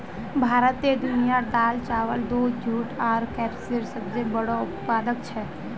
भारत दुनियार दाल, चावल, दूध, जुट आर कपसेर सबसे बोड़ो उत्पादक छे